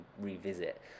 revisit